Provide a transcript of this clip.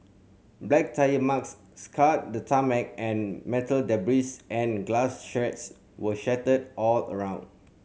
black tyre marks scarred the tarmac and metal debris and glass shards were scattered all around